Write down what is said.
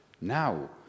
now